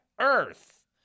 earth